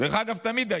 דרך אגב, תמיד הייתי.